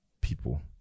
people